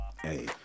Hey